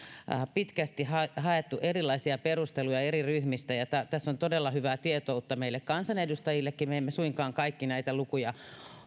pitkästi haettu haettu erilaisia perusteluja eri ryhmistä ja tässä on todella hyvää tietoutta meille kansanedustajillekin me emme suinkaan kaikki näitä lukuja